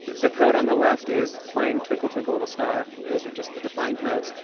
the code on the left is playing twinkle twinkle little star. those are just the defind notes.